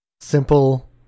simple